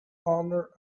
honour